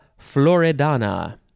floridana